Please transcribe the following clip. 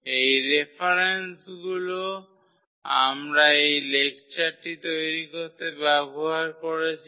এই রেফারেন্সগুলো আমরা এই লেকচারটি তৈরি করতে ব্যবহার করেছি